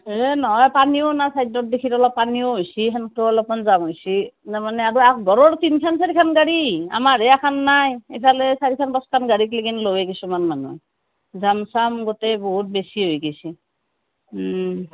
অঁ পানীও না চাইডৰ দিগি অলপ সেইহেনতো অলপমান জাম হৈছি তাৰ মানে আকঘৰৰ তিনিখান চাইৰখান গাড়ী আমাৰহে আখান নাই ইফালে চাৰিখান পাঁচখান গাড়ী লয় কিছুমানে যাম চাম গোটেই বহুত হৈ গেছি ইমান